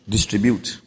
Distribute